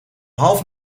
half